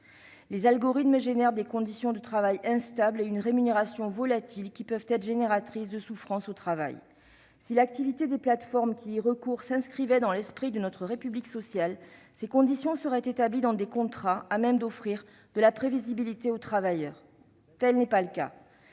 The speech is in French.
opacité. Ils génèrent des conditions de travail instables et une rémunération volatile, sources de souffrance au travail. Si l'activité des plateformes qui y recourent s'inscrivait dans l'esprit de notre République sociale, ces conditions seraient établies dans des contrats à même d'offrir de la prévisibilité aux travailleurs. Or tel n'est pas le cas